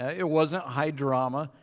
it wasn't high drama.